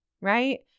right